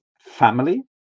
family